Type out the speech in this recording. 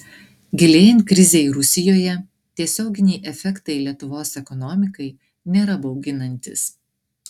gilėjant krizei rusijoje tiesioginiai efektai lietuvos ekonomikai nėra bauginantys